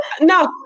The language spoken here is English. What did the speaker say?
No